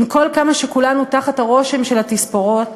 עם כל כמה שכולנו תחת הרושם של התספורות,